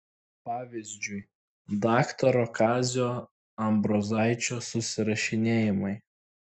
pavyzdžiui daktaro kazio ambrozaičio susirašinėjimai